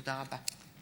תודה רבה.